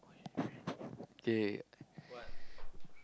okay